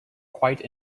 quite